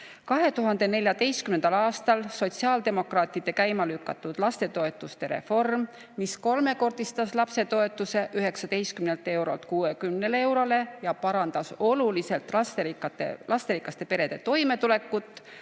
2014. aastal sotsiaaldemokraatide käima lükatud lastetoetuste reform, mis kolmekordistas lapsetoetuse – [see tõusis] 19 eurolt 60 eurole – ja parandas oluliselt lasterikaste perede toimetulekut,